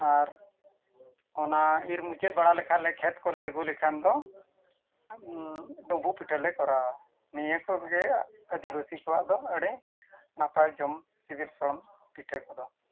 ᱟᱨ ᱚᱱᱟ ᱤᱨ ᱢᱩᱪᱟᱹᱫ ᱵᱟᱲᱟ ᱞᱮᱠᱷᱟᱱ ᱞᱮ ᱠᱷᱮᱛ ᱠᱚᱞᱮ ᱟᱹᱜᱩ ᱞᱮᱠᱷᱟᱱ ᱫᱚ ᱰᱩᱸᱵᱩᱜ ᱯᱤᱴᱷᱟᱹ ᱞᱮ ᱠᱚᱨᱟᱣᱟ ᱱᱤᱭᱟᱹ ᱠᱚᱜᱮ ᱟᱹᱫᱤᱵᱟᱹᱥᱤ ᱠᱚᱣᱟᱜ ᱫᱚ ᱟᱹᱰᱤ ᱱᱟᱯᱟᱭ ᱡᱚᱢ ᱥᱤᱵᱤᱞ ᱥᱚᱲᱚᱢ ᱯᱤᱴᱷᱟᱹ ᱠᱚᱫᱚ